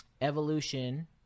Evolution